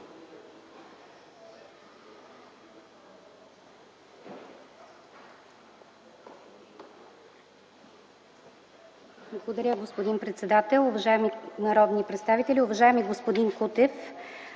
Благодаря, господин председател. Уважаеми народни представители! Уважаеми господин Кутев,